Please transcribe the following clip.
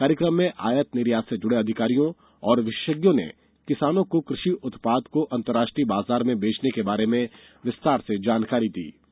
कार्यक्रम में आयात निर्यात से जुड़े अधिकारियों और विशेषज्ञों ने किसानों को कृषि उत्पाद को अंतरराष्ट्रीय बाजार में बेचने के बारे में विस्तार से जानकारी दी गई